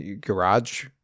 garage